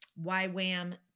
YWAM